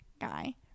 guy